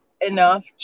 enough